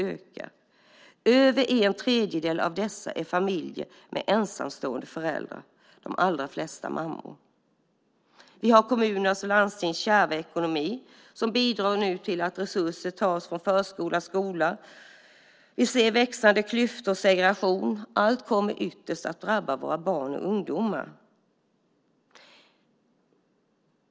Mer än en tredjedel av dessa är familjer med ensamstående föräldrar, de allra flesta mammor. Kommuners och landstings kärva ekonomi bidrar till att resurser tas från förskola och skola. Vi ser växande klyftor och segregation. Allt kommer ytterst att drabba våra barn och ungdomar.